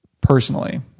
personally